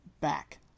back